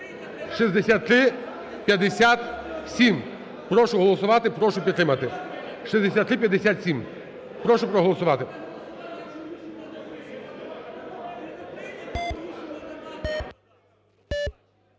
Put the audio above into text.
(№6357). Прошу проголосувати, прошу підтримати. 6357. Прошу проголосувати.